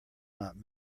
not